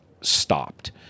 stopped